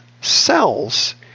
cells